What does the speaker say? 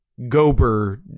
gober